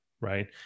right